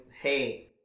Hey